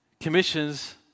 commissions